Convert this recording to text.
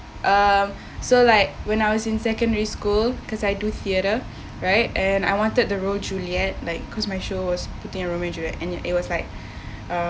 uh so like when I was in secondary school cause I do theatre right and I wanted the role juliet like cause my show was putting romeo and juliet and it was like uh